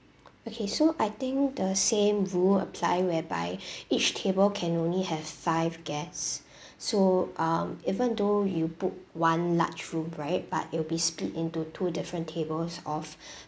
okay so I think the same rule apply whereby each table can only have five guests so um even though you book one large room right but it'll be split into two different tables of